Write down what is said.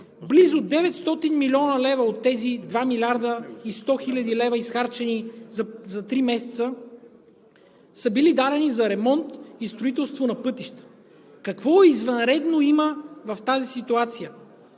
Близо 900 млн. лв. от тези 2 млрд. 100 хил. лв., изхарчени за три месеца, са били дадени за ремонт и строителство на пътища. Какво извънредно има в тази ситуация?